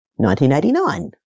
1989